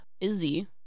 Izzy